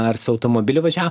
ar su automobiliu važiavo